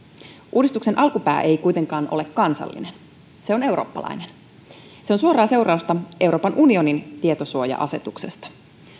uudistuksen alkupää ei kuitenkaan ole kansallinen se on eurooppalainen se on suoraa seurausta euroopan unionin tietosuoja asetuksesta